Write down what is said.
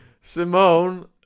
Simone